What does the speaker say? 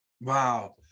Wow